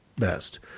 best